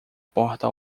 porta